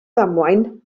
ddamwain